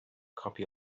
copy